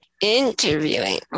interviewing